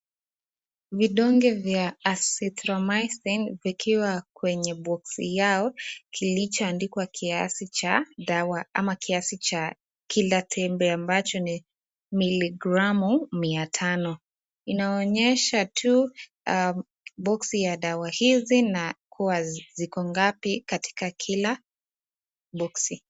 Vidonge vya (azythromizin)vikiwa kwenye boxi Yao kilicham kiaci cha dawa ama kiaci cha tembe ambacho NI miligramu miatano inaonyesha boxi ya dawa hizi na ziko ngapi katika kila boxi .